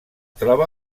troba